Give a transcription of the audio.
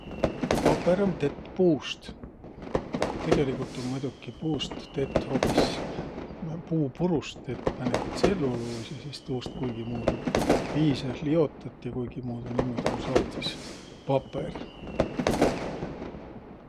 Papõr um tett puust. Tegeligult um muidoki puust tett, hoobis, puupurust tett, määnegi tselluluus ja sis tuust kuigimuudu, vii seeh liotõt ja kuigimuudu niimuudu um saad sis papõr.